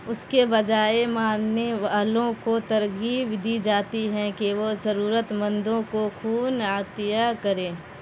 اس کے بجائے ماننے والوں کو ترغیب دی جاتی ہے کہ وہ ضرورت مندوں کو خون عطیہ کریں